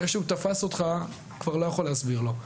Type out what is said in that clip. אחרי שהוא תפס אותך, כבר לא יכול להסביר לו.